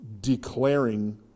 declaring